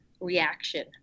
reaction